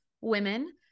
women